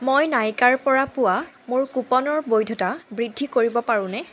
মই নাইকাৰ পৰা পোৱা মোৰ কুপনৰ বৈধতা বৃদ্ধি কৰিব পাৰোনে